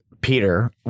Peter